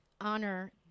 honor